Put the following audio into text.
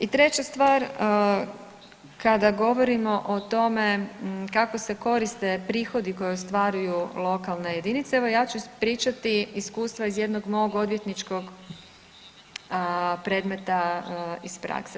I treća stvar kada govorimo o tome kako se koriste prihodi koje ostvaruju lokalne jedinice, evo ja ću ispričati iskustva iz jednog mog odvjetničkog predmeta iz prakse.